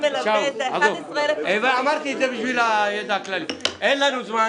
אין לנו זמן.